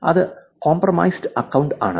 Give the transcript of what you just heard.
അത് compromised account ആണ്